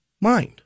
mind